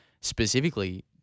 specifically